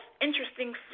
interesting